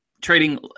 trading